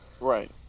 right